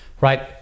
Right